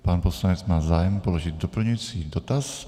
Pan poslanec má zájem položit doplňující dotaz.